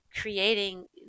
creating